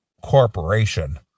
corporation